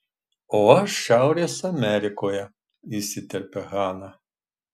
o aš šiaurės amerikoje įsiterpia hana